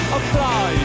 apply